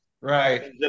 Right